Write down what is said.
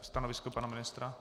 Stanovisko pana ministra?